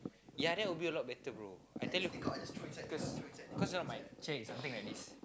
yeah that will be a lot better bro I tell you cause cause you know my chair is something like this